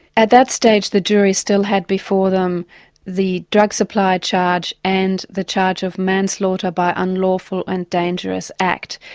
at that stage the jury still had before them the drug supply charge and the charge of manslaughter by unlawful and dangerous act.